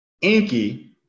Inky